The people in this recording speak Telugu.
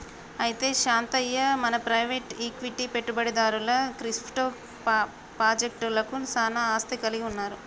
అయితే శాంతయ్య మన ప్రైవేట్ ఈక్విటి పెట్టుబడిదారులు క్రిప్టో పాజెక్టలకు సానా ఆసత్తి కలిగి ఉన్నారు